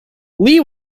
lee